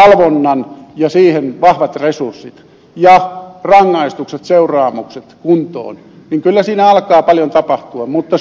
me tarvitsemme valvonnan ja siihen vahvat resurssit ja rangaistukset ja seuraamukset kuntoon niin kyllä siinä alkaa paljon tapahtua